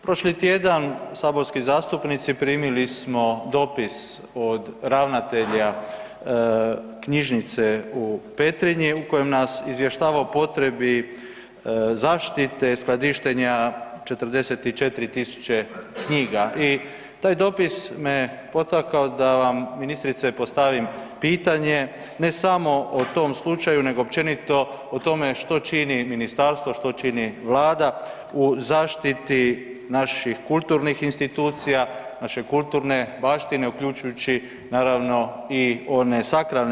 Prošli tjedan saborski zastupnici primili smo dopis od ravnatelja knjižnice u Petrinji u kojem nas izvještava o potrebi zaštite skladištenja 44 000 knjiga i taj dopis me potakao da vam ministrice, postavim pitanje ne samo o tom slučaju nego općenito o tome što čini ministarstvo, što čini Vlada u zaštiti naših kulturnih institucija, naše kulturne baštine uključujući naravno i one sakralne.